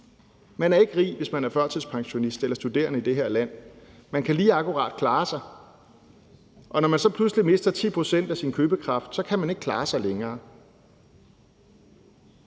Man er ikke rig, hvis man er førtidspensionist eller studerende i det her land. Man kan lige akkurat klare sig, og når man så pludselig mister 10 pct. af sin købekraft, kan man ikke klare sig længere.